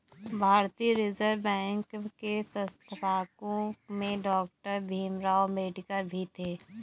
भारतीय reserve bank के संस्थापकों में डॉक्टर भीमराव अंबेडकर भी थे